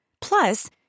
Plus